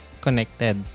connected